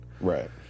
Right